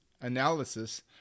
analysis